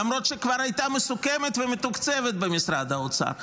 למרות שהיא כבר הייתה מסוכמת ומתוקצבת במשרד האוצר.